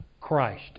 Christ